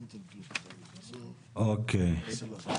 אוקיי.